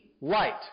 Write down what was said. light